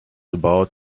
about